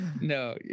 No